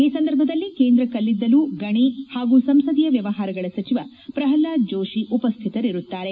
ಈ ಸಂದರ್ಭದಲ್ಲಿ ಕೇಂದ್ರ ಕಲ್ಲಿದ್ದಲು ಗಣಿ ಹಾಗೂ ಸಂಸದೀಯ ವ್ಯವಹಾರಗಳ ಸಚಿವ ಪ್ರಹ್ಲಾದ್ ಜೋಶಿ ಉಪಸ್ಥಿತರಿರುತ್ತಾರೆ